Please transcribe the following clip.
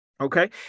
Okay